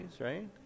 right